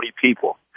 people